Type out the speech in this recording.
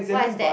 what is that